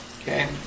Okay